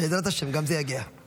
בעזרת השם, גם זה יגיע.